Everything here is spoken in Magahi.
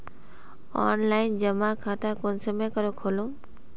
ऑनलाइन जमा खाता कुंसम करे खोलूम?